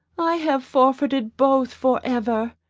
i have forfeited both for ever!